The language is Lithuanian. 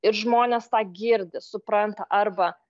ir žmonės tą girdi supranta arba